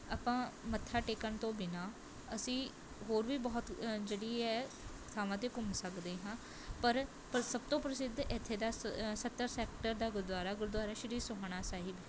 ਆਪਾਂ ਮੱਥਾ ਟੇਕਣ ਤੋਂ ਬਿਨਾਂ ਅਸੀਂ ਹੋਰ ਵੀ ਬਹੁਤ ਜਿਹੜੀ ਹੈ ਥਾਵਾਂ 'ਤੇ ਘੁੰਮ ਸਕਦੇ ਹਾਂ ਪਰ ਪਰ ਸਭ ਤੋਂ ਪ੍ਰਸਿੱਧ ਇੱਥੇ ਦਾ ਸ ਸੱਤਰ ਸੈਕਟਰ ਦਾ ਗੁਰਦੁਆਰਾ ਗੁਰਦੁਆਰਾ ਸ਼੍ਰੀ ਸੋਹਾਣਾ ਸਾਹਿਬ